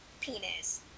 penis